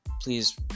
Please